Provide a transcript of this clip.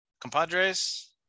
compadres